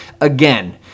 Again